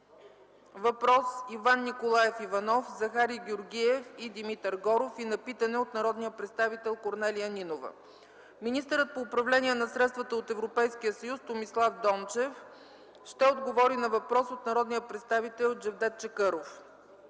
въпрос, Иван Николаев Иванов, Захари Георгиев и Димитър Горов, и на питане от народния представител Корнелия Нинова. Министърът по управление на средствата от Европейския съюз Томислав Дончев ще отговори на въпрос от народния представител Джавдет Чакъров.